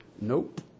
Nope